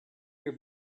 your